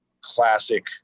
classic